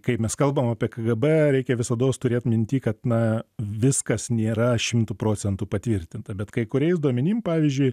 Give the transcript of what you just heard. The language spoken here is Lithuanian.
kai mes kalbam apie kgb reikia visados turėt minty kad na viskas nėra šimtu procentų patvirtinta bet kai kuriais duomenim pavyzdžiui